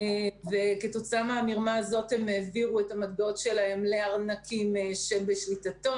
וכתוצאה מכך הם העבירו את המטבעות שלהם לארנקים שבשליטתו.